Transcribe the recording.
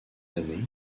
années